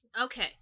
Okay